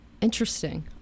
interesting